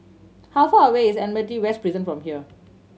how far away is Admiralty West Prison from here